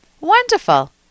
Wonderful